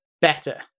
better